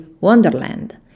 wonderland